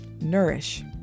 nourish